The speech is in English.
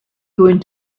going